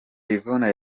yvonne